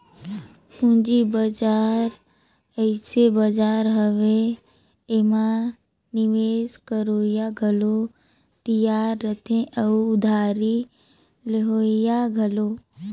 पंूजी बजार अइसे बजार हवे एम्हां निवेस करोइया घलो तियार रहथें अउ उधारी लेहोइया घलो